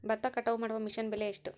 ಭತ್ತ ಕಟಾವು ಮಾಡುವ ಮಿಷನ್ ಬೆಲೆ ಎಷ್ಟು?